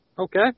Okay